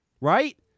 Right